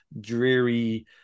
dreary